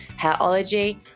hairology